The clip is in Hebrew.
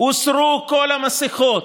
הוסרו כל המסכות.